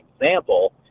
example